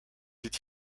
did